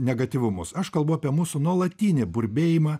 negatyvumus aš kalbu apie mūsų nuolatinį burbėjimą